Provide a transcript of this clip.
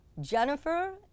Jennifer